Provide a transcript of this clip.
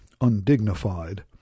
undignified